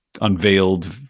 unveiled